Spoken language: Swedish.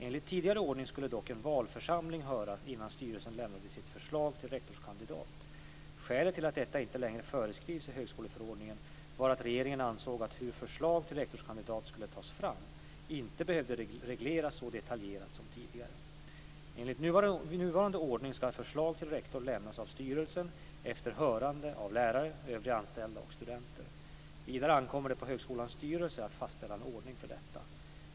Enligt tidigare ordning skulle dock en valförsamling höras innan styrelsen lämnade sitt förslag till rektorskandidat. Skälet till att detta inte längre föreskrivs i högskoleförordningen var att regeringen ansåg att hur förslag till rektorskandidat skulle tas fram inte behövde regleras så detaljerat som tidigare. Enligt nuvarande ordning ska förslag till rektor lämnas av styrelsen efter hörande av lärare, övriga anställda och studenter. Vidare ankommer det på högskolans styrelse att fastställa en ordning för detta.